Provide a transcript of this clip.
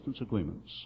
agreements